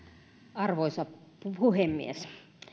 arvoisa puhemies